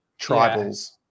Tribals